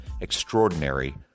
extraordinary